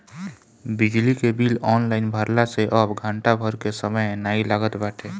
बिजली के bill online भरला से अब घंटा भर के समय नाइ लागत बाटे